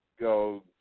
go